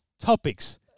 Topics